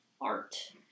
art